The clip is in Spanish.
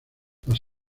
las